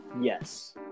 Yes